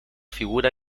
figura